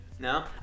No